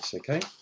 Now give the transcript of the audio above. so okay?